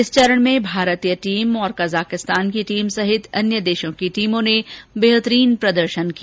इस चरण में भारतीय टीम और कजाकिस्तान की टीम सहित अन्य देशों की टीमों ने बेहतरीन प्रदर्शन किया